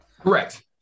correct